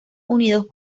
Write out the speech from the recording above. unidos